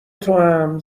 توام